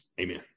Amen